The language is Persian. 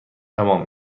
تمام